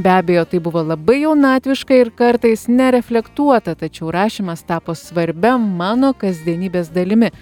be abejo tai buvo labai jaunatviška ir kartais nereflektuota tačiau rašymas tapo svarbia mano kasdienybės dalimi